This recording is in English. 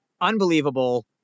unbelievable